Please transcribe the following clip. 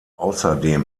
außerdem